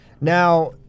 Now